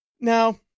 Now